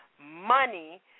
money